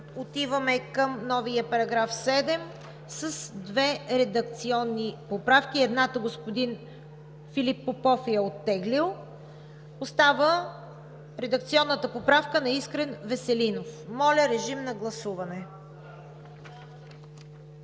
отиваме към новия § 7 с две редакционни поправки: едната господин Филип Попов я е оттеглил, остава редакционната поправка на Искрен Веселинов. Моля, режим на гласуване.